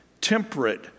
temperate